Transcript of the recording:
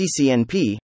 CCNP